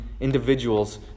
individuals